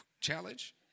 challenge